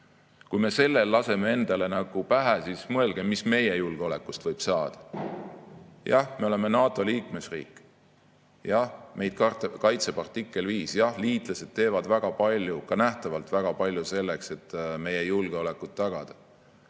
Kui me sellel laseme endale nagu pähe, siis mõelgem, mis meie julgeolekust võib saada. Jah, me oleme NATO liikmesriik. Jah, meid kaitseb artikkel 5, jah, liitlased teevad väga palju, ka nähtavalt väga palju selleks, et meie julgeolekut tagada.